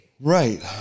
Right